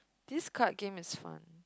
this card game is fun